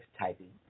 typing